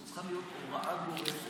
זו צריכה להיות הוראה גורפת.